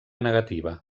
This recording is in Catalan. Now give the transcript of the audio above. negativa